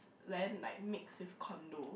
then like mix with condo